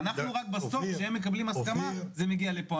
אנחנו רק בסוף שהם מקבלים הסכמה זה מגיע לפה,